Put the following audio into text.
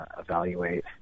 evaluate